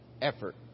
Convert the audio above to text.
effort